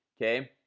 okay,